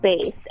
space